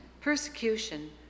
persecution